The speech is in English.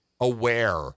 aware